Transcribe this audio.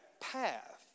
path